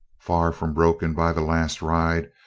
far from broken by the last ride,